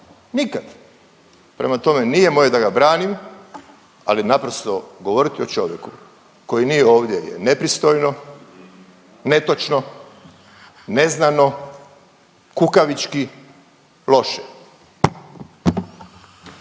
nikad! Prema tome, nije moje da ga branim ali naprosto govoriti o čovjeku koji nije ovdje je nepristojno, netočno, neznano, kukavički, loše.